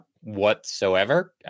whatsoever